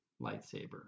lightsaber